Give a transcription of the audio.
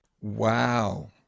Wow